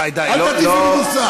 איזה חוצפנים אנחנו,